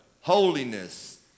holiness